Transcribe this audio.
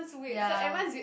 ya